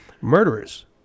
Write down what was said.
Murderers